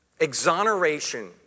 exoneration